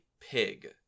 Pig